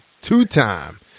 two-time